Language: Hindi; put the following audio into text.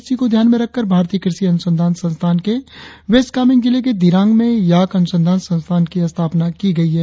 इसी को ध्यान में रखकर भारतीय कृषि अनुसंधान संस्थान के वेस्ट कामेंग जिले के दिरांग में याक अनुसंधान संस्थान की स्थापना की गई है